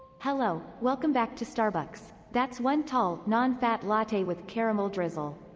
hello. welcome back to starbucks. that's one tall, non-fat latte with caramel drizzle.